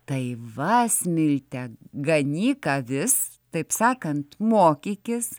tai va smilte ganyk avis taip sakant mokykis